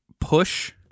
push